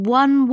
one